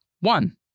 One